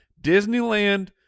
Disneyland